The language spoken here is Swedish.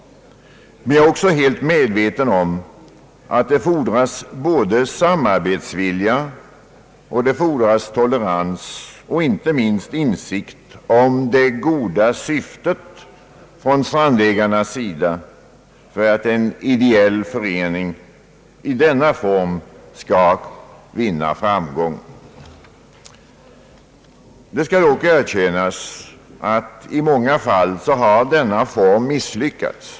Men jag är också helt medveten om att det fordras både samarbetsvilja och tolerans och inte minst insikt om det goda syftet från strandägarnas sida för att en ideell förening i denna form skall vinna framgång. Det skall erkännas att i många fall har denna form misslyckats.